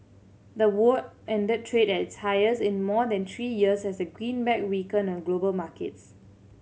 the won ended trade at its highest in more than three years as the greenback weakened on global markets